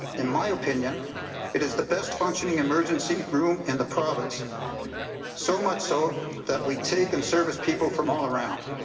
in my opinion it is the best functioning emergency room in and the province so much so that we take and service people from all around.